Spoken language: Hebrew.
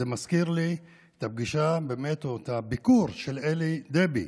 זה מזכיר לי את הפגישה או את הביקור של אלי דבי,